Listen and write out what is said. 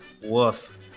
Woof